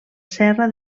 serra